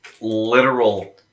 literal